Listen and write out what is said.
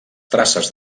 traces